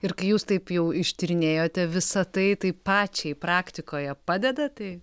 ir kai jūs taip jau ištyrinėjote visa tai tai pačiai praktikoje padeda tai